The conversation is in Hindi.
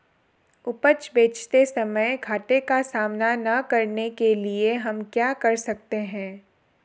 उपज बेचते समय घाटे का सामना न करने के लिए हम क्या कर सकते हैं?